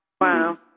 Wow